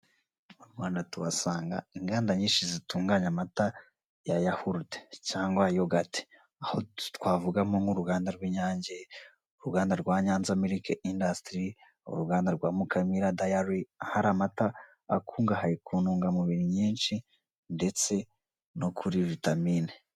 Mu rwanda tuhasanga indanda nyinshi zitunganya amata ya Yahurute cyangwa Yogati. Aho twavuhamo nk'uruganda rw'Inyange, uruganda rwa Nyanza mirike indasitiri, uruganda rwa Mukamira dayari, ahari amata akungahaye ku ntungamubiri nyinshi ndetse no kuri vitamine.